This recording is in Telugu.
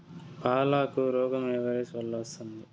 పాలకు రోగం ఏ వైరస్ వల్ల వస్తుంది?